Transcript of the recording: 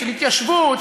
של התיישבות,